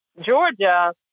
Georgia